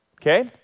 okay